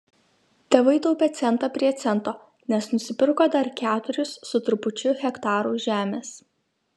tėvai taupė centą prie cento nes nusipirko dar keturis su trupučiu hektarų žemės